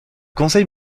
conseil